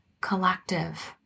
Collective